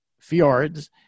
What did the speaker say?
fjords